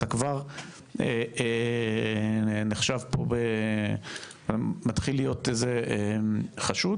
אתה מתחיל להיות חשוד,